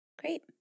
Great